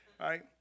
right